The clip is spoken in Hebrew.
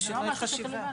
זה לא משהו שתלוי בנו,